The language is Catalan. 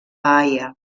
haia